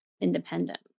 independent